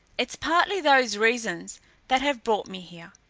it's partly those reasons that have brought me here.